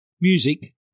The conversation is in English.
music